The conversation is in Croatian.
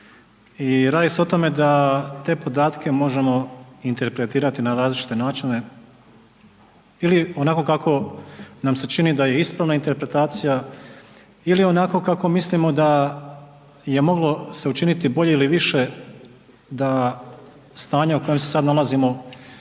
i radi se o tome da te podatke možemo interpretirati na različite načine ili onako kako nam se čini da je ispravna interpretacija ili onako kako mislimo da se moglo učiniti bolje ili više da ne bi došli u stanje u kojem se sada nalazimo.